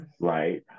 right